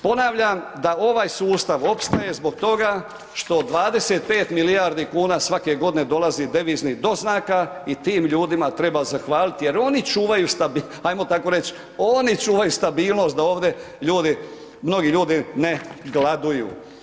Ponavljam da ovaj sustav opstaje zbog toga što 25 milijardi kuna svake godine dolazi deviznih doznaka i tim ljudima treba zahvaliti jer oni čuvaju ajmo tako reć, oni čuvaju stabilnost da ovdje mnogi ljudi ne gladuju.